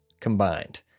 combined